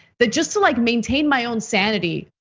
that just to like maintain my own sanity.